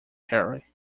harry